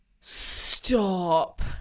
Stop